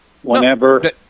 Whenever